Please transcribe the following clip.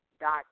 dot